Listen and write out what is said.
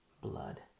Blood